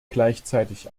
gleichzeitig